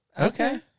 Okay